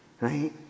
right